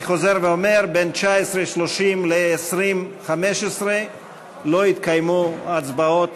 אני חוזר ואומר: בין 19:30 ל-20:15 לא יתקיימו הצבעות